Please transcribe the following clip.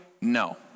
No